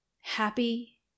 happy